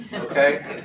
okay